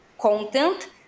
content